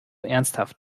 ernsthaft